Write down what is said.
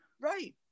right